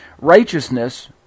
righteousness